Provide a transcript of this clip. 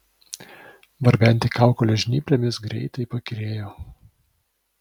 barbenti kaukolę žnyplėmis greitai pakyrėjo